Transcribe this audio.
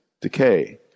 decay